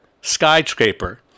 skyscraper